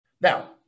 Now